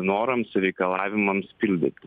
norams ir reikalavimams pildyti